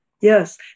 Yes